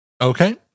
Okay